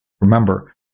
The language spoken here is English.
Remember